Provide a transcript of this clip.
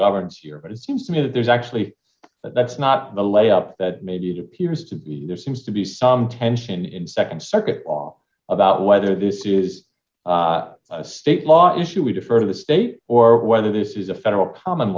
governs here but it seems to me that there's actually that's not the layout that made it appears to be there seems to be some tension in the nd circuit all about whether this is a state law issue we defer to the state or whether this is a federal common